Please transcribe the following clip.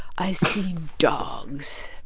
i see dogs.